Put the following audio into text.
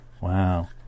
Wow